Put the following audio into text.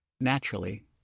Naturally